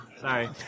Sorry